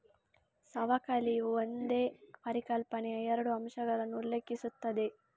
ಸವಕಳಿಯು ಒಂದೇ ಪರಿಕಲ್ಪನೆಯ ಎರಡು ಅಂಶಗಳನ್ನು ಉಲ್ಲೇಖಿಸುತ್ತದೆ